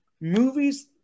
movies